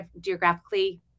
geographically